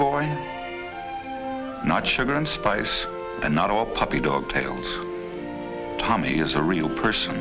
boy not sugar and spice and not all puppy dog tails tommy is a real person